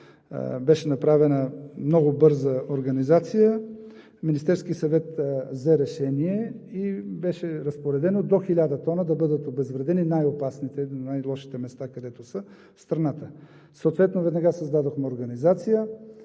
беше направена много бърза организация. Министерският съвет взе решение и беше разпоредено до 1000 тона да бъдат обезвредени, които са в най-опасните, най-лошите места в страната. Съответно веднага създадохме организация